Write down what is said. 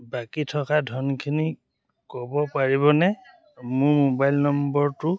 বাকী থকা ধনখিনি ক'ব পাৰিবনে মোৰ মোবাইল নম্বৰটো